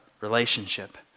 relationship